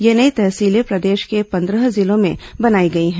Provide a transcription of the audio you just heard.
ये नई तहसीलें प्रदेश के पन्द्रह जिलों में बनाई गई हैं